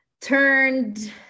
turned